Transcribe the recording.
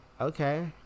Okay